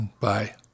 Bye